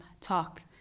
talk